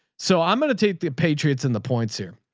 so i'm going to take the patriots in the points here.